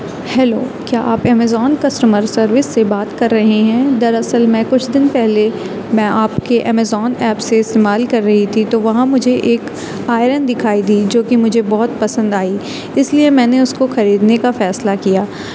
hello کیا آپ Amazon customer service سے بات کر رہے ہیں دراصل میں کچھ دن پہلے میں آپ کے امیزون ایپ سے استعمال کر رہی تھی تو وہاں مجھے ایک آئرن دکھائی دی جو کہ مجھے بہت پسند آئی اس لیے میں نے اس کو خریدنے کا فیصلہ کیا